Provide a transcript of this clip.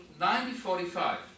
1945